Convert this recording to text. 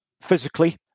physically